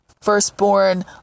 firstborn